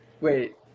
wait